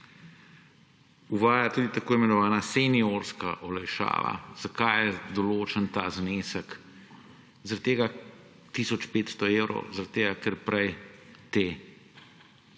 uvaja tudi tako imenovana seniorska olajšava. Zakaj je določen ta znesek tisoč 500 evrov? Zaradi tega, ker prej te